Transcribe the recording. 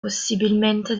possibilmente